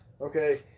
Okay